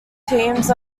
teams